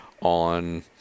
on